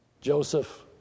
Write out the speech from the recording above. Joseph